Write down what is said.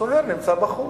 הסוהר נמצא בחוץ.